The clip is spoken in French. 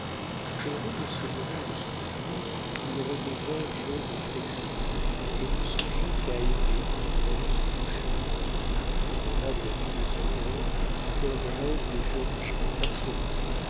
heureux en ce moment de son avenir il redevint jeune et flexible et ne songeait qu'à aimer en allant se coucher il rêva de la fille aux yeux d'or comme rêvent les jeunes gens passionnés